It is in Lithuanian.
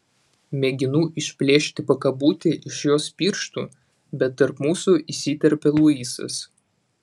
mėginu išplėšti pakabutį iš jos pirštų bet tarp mūsų įsiterpia luisas